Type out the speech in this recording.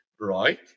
right